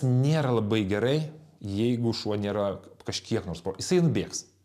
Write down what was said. nėra labai gerai jeigu šuo nėra kažkiek nors jisai nubėgs